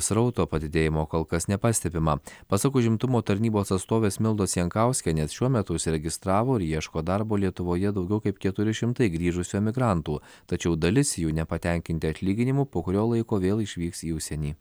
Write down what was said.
srauto padidėjimo kol kas nepastebima pasak užimtumo tarnybos atstovės mildos jankauskienės šiuo metu užsiregistravo ir ieško darbo lietuvoje daugiau kaip keturi šimtai grįžusių emigrantų tačiau dalis jų nepatenkinti atlyginimu po kurio laiko vėl išvyks į užsienį